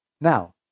now